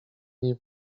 niej